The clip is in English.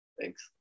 Thanks